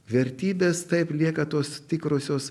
vertybės taip lieka tos tikrosios